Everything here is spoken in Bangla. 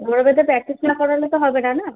ধরে বেঁধে প্র্যাকটিস না করালে তো হবে না না